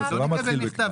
זה לא מתחיל בקנס.